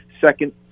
second